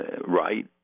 Right